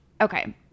okay